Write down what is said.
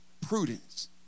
prudence